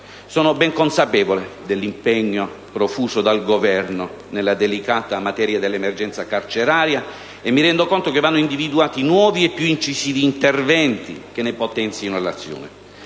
Sono ben consapevole dell'impegno profuso dal Governo nella delicata materia dell'emergenza carceraria e mi rendo conto che vanno individuati nuovi e più incisivi interventi che ne potenzino l'azione.